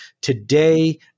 today